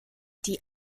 die